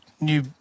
new